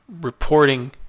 reporting